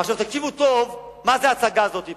עכשיו תקשיבו טוב מה זה ההצגה הזאת פה.